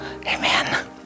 Amen